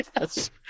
yes